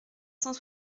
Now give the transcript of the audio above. cent